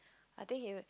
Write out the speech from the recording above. I think he